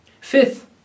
Fifth